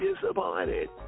disappointed